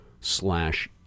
slash